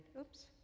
oops